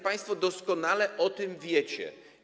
Państwo doskonale o tym wiecie.